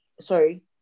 sorry